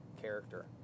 character